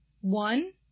one